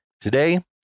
Today